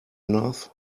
enough